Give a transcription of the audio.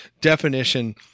definition